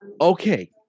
Okay